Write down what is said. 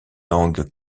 langues